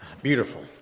Beautiful